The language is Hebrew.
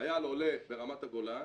חייל עולה ברמת הגולן